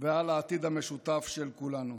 ועל העתיד המשותף של כולנו.